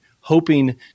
hoping